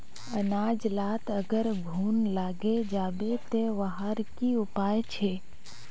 अनाज लात अगर घुन लागे जाबे ते वहार की उपाय छे?